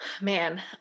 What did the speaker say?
Man